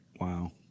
Wow